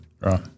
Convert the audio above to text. Right